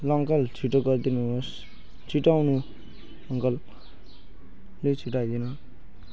ल अङ्कल छिटो गरिदिनु होस् छिटो आउनु अङ्कल अलिकति छिटो आइदिनु